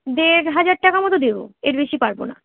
দেড় হাজার টাকা মতো দেবো এর বেশি পারবো না